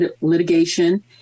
litigation